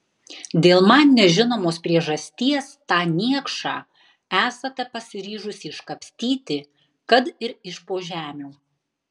dėl man nežinomos priežasties tą niekšą esate pasiryžusi iškapstyti kad ir iš po žemių